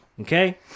okay